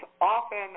often